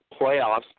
Playoffs